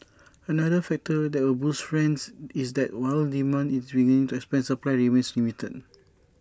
another factor that will boost rents is that while demand is beginning to expand supply remains limited